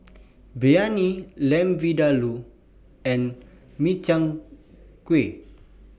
Biryani Lamb Vindaloo and Makchang Gui